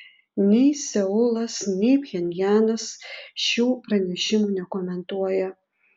nei seulas nei pchenjanas šių pranešimų nekomentuoja